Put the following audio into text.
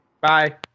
Bye